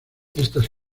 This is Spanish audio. estas